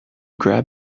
grab